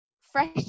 fresh